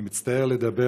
אני מצטער לדבר,